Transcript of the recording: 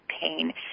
pain